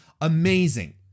amazing